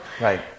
Right